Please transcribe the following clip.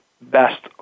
Best